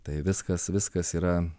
tai viskas viskas yra